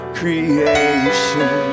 creation